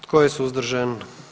Tko je suzdržan?